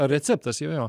ar receptas jo jo